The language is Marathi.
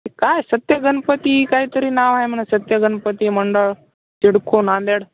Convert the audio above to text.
काय सत्यगणपती काय तरी नाव आहे म्हण सत्यगणपती मंडळ सिडको नांदेड